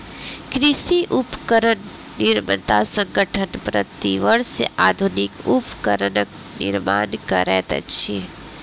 कृषि उपकरण निर्माता संगठन, प्रति वर्ष आधुनिक उपकरणक निर्माण करैत अछि